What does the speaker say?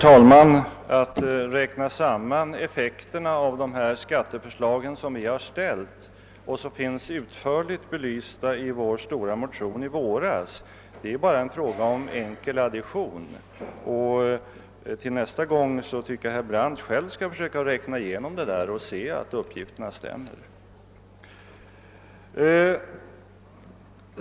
Herr talman! Att räkna samman effekten av de skatteförslag som vi har ställt och som finns utförligt belysta i vår stora motion i våras är bara en fråga om enkel addition. Till nästa gång tycker jag att herr Brandt själv skall försöka räkna igenom det där och se efter om uppgifterna stämmer.